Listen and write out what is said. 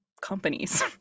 companies